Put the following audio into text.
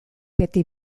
beti